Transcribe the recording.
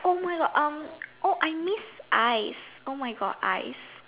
oh my God um I miss ice oh my God ice